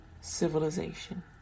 civilization